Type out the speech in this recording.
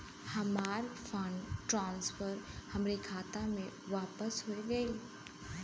हमार fund transfer हमरे खाता मे वापस हो गईल